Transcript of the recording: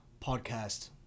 podcast